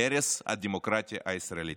להרס הדמוקרטיה הישראלית.